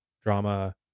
drama